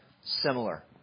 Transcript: similar